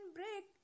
break